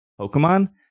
Pokemon